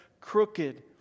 crooked